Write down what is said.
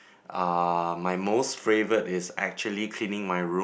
uh my most favourite is actually cleaning my room